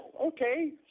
okay